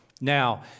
Now